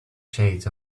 shades